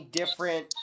different